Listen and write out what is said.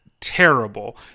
terrible